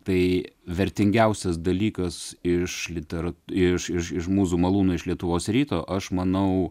tai vertingiausias dalykas iš literat iš iš iš mūzų malūno iš lietuvos ryto aš manau